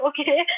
Okay